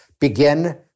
Begin